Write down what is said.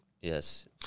Yes